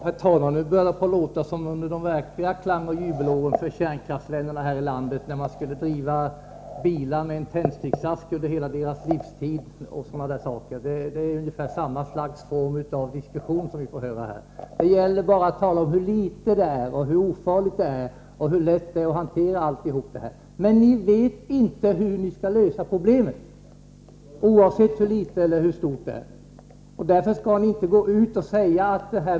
Herr talman! Nu börjar det låta som under de verkliga klangoch jubelåren för kärnkraftsvännerna här i landet, när man skulle driva bilar med en tändsticksask under hela deras livstid osv. Det är ungefär samma slags diskussion vi får höra här. Det gäller bara att tala om hur litet det är, hur ofarligt det är och hur lätt det är att hantera alltihop. Men ni vet inte hur ni skall lösa problemet, oavsett hur litet eller stort det är. Därför skall ni inte säga att kärnvärme är så fruktansvärt bra.